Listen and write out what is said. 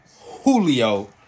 Julio